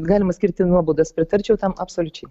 galima skirti nuobaudas pritarčiau tam absoliučiai